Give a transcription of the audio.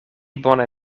bone